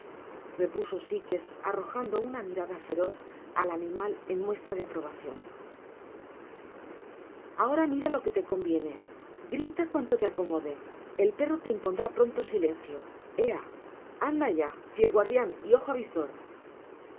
repuso sikes arrojando una mirada feroz al animal eu muestra de aprobacion ahoramira lo que te conviene grita cuanto te acomode el perro te impondrá pronto silencio ea anda ya fiel guardian y ojo avisor